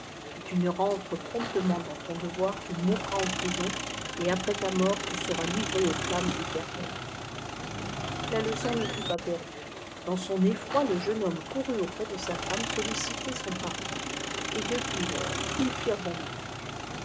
si tu ne rentres promptement dans ton devoir tu mourras en prison et après ta mort tu seras livré aux flammes éternelles la leçon ne fut pas perdue dans son effroi le jeune homme courut auprès de sa femme solliciter son pardon et depuis lors ils firent bon ménage